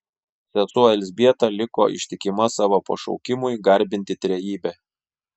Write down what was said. sesuo elzbieta liko ištikima savo pašaukimui garbinti trejybę